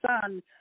son